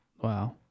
Wow